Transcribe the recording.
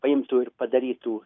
paimtų ir padarytų